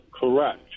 correct